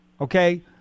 okay